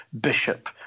bishop